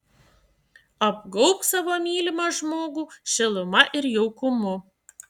apgaubk savo mylimą žmogų šiluma ir jaukumu